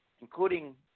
including